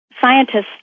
scientists